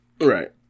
right